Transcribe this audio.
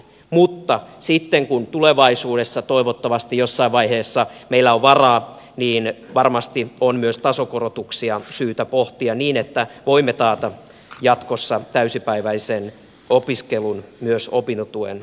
mutta sitten kun tulevaisuudessa toivottavasti jossain vaiheessa meillä on varaa niin varmasti on myös tasokorotuksia syytä pohtia niin että voimme taata jatkossa täysipäiväisen opiskelun myös opintotuen avulla